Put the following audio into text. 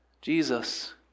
Jesus